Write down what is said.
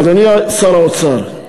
אדוני שר האוצר,